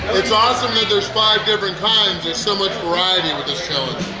it's awesome that there's five different kinds there's so much variety with this challenge!